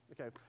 Okay